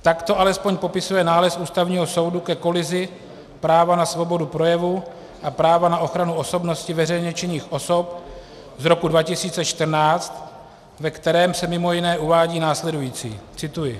Tak to alespoň popisuje nález Ústavního soudu ke kolizi práva na svobodu projevu a práva na ochranu osobnosti veřejně činných osob z roku 2014, ve kterém se mimo jiné uvádí následující cituji: